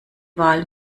wahl